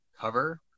cover